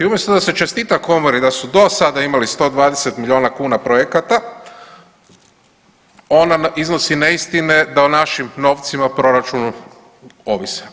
I umjesto da se čestita komori da su do sada imali 120 milijuna projekata, ona iznosi neistine da o našim novcima u proračunu ovise.